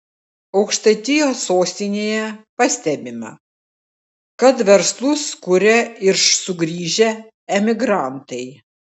aukštaitijos sostinėje pastebima kad verslus kuria ir sugrįžę emigrantai